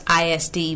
isd